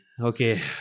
okay